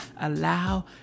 Allow